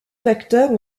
facteurs